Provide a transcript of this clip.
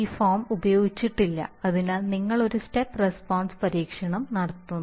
ഈ ഫോം ഉപയോഗിച്ചിട്ടില്ല അതിനാൽ നിങ്ങൾ ഒരു സ്റ്റെപ്പ് റെസ്പോൺസ് പരീക്ഷണം നടത്തുന്നു